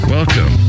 Welcome